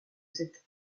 cet